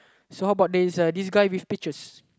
so how about this uh this guy with peaches